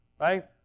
right